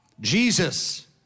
Jesus